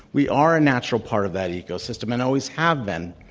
we are a natural part of that ecosystem and always have been,